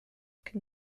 can